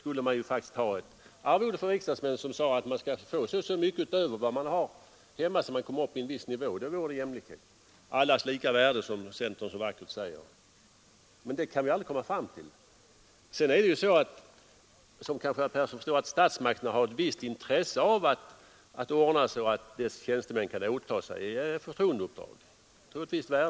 Skulle vi ha jämlikhet för riksdagsmän, borde de få så mycket betalt utöver vad de har hemma att de kunde komma upp till en viss bestämd nivå. Då vore det jämlikhet. Allas lika värde, som centern så vackert talar om, kan vi aldrig komma fram till i den här frågan. Som herr Persson i Stockholm kanske förstår har statsmakterna ett visst intresse av att ordna så att dess tjänstemän kan åta sig förtroendeuppdrag.